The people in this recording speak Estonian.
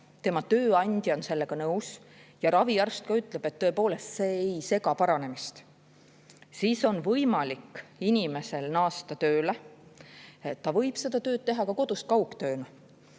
tema tööandja on sellega nõus ja raviarst ka ütleb, et tõepoolest see ei sega paranemist, siis on võimalik inimesel naasta tööle. Ta võib tööd teha ka kodust kaugtööna.